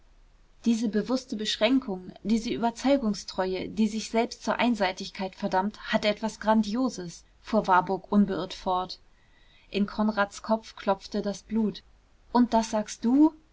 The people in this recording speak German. diese bewußte beschränkung diese überzeugungstreue die sich selbst zur einseitigkeit verdammt hat etwas grandioses fuhr warburg unbeirrt fort in konrads kopf klopfte das blut und das sagst du